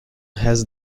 has